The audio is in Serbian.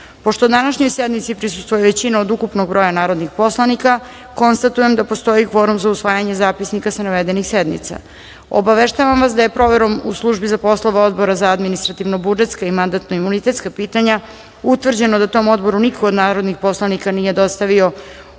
današnjoj sednici prisustvuje većina od ukupnog broja narodnih poslanika, konstatujem da postoji kvorum za usvajanje zapisnika sa navedenih sednica. Obaveštavam da je proverom u službi za poslove Odbora za administra-tivno-budžetska i mandatno-imunitetska pitanja utvrđeno da tom Odboru niko od narodnih poslanika nije dostavio